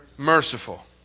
Merciful